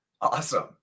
awesome